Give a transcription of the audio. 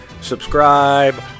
subscribe